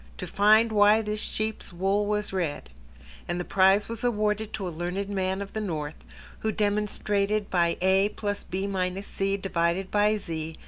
to find why this sheep's wool was red and the prize was awarded to a learned man of the north, who demonstrated by a plus b minus c divided by z,